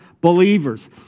Believers